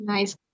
Nice